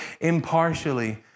impartially